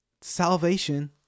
Salvation